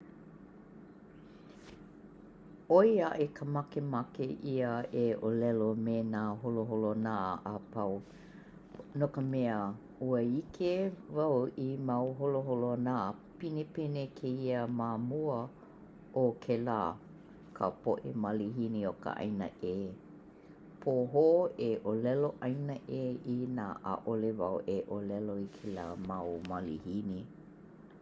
Oi aʻe ka makemake ʻia e ʻōlelo me nā holoholonā apau no ka mea, ua ʻike wau i mau holoholonā pinepine kēia mamua o kēlā- ka poʻe malihini o ka ʻaina ʻe. Pohō e ʻōlelo ʻaina ʻe inā ʻaʻole wau e ʻōlelo i kēlā mau malihini